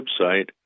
website